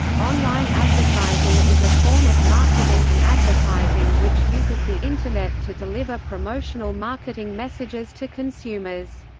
online advertising is a form of marketing and advertising which uses the internet to deliver promotional marketing messages to consumers.